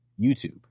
YouTube